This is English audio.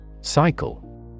Cycle